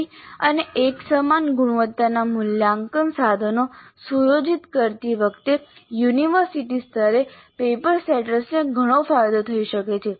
સારી અને એકસમાન ગુણવત્તાના મૂલ્યાંકન સાધનો સુયોજિત કરતી વખતે યુનિવર્સિટી સ્તરે પેપર સેટર્સને ઘણો ફાયદો થઈ શકે છે